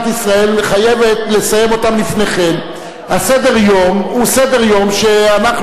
מרצ, או הסיעות האחרות שטרם